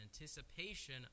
anticipation